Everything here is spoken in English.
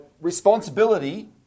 responsibility